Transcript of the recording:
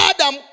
Adam